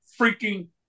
freaking